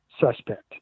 suspect